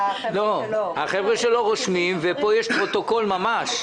החבר'ה שלו רושמים, ופה יש פרוטוקול ממש.